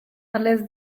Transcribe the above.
unless